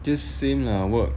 this same lah work